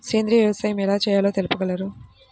సేంద్రీయ వ్యవసాయం ఎలా చేయాలో తెలుపగలరు?